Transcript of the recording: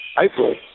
April